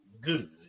good